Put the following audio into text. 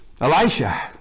Elisha